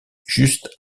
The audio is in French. juste